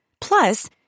Plus